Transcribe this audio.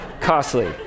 Costly